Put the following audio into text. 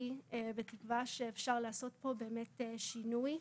בתקווה שאפשר לעשות פה באמת שינוי.